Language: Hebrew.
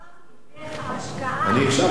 איך ההשקעה, אני הקשבתי.